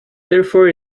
therefore